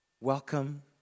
Welcome